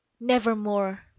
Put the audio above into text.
nevermore